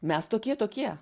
mes tokie tokie